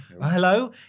hello